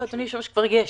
אדוני היושב-ראש, כבר יש.